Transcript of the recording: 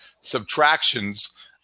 subtractions